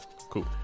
Cool